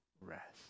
rest